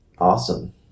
Awesome